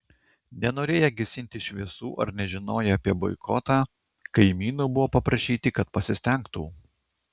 nenorėję gesinti šviesų ar nežinoję apie boikotą kaimynų buvo paprašyti kad pasistengtų